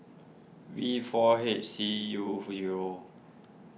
V four H C U zero